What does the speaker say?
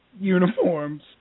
uniforms